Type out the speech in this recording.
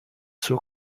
suo